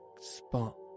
spot